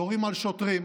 יורים על שוטרים,